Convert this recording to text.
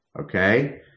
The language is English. okay